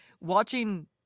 watching